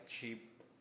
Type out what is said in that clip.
cheap